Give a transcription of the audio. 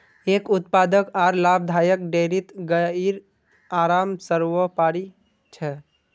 एक उत्पादक आर लाभदायक डेयरीत गाइर आराम सर्वोपरि छ